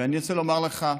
ואני רוצה לומר לך,